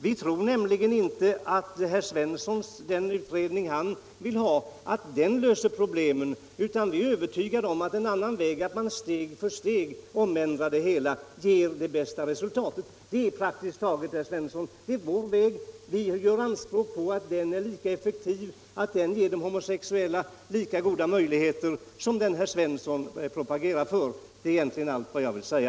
Vi tror nämligen inte att den utredning herr Svensson vill ha löser problemen, utan vi är övertygade om att man bör gå en annan väg, nämligen att steg för steg ändra situationen och att det ger det bästa resultatet. Det är vår väg och vi gör anspråk på att den är lika effektiv och ger de homosexuella lika goda möjligheter som den väg herr Svensson propagerar för. Det är egentligen allt jag vill säga.